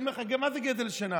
ואני אומר לך: מה זה גזל שינה?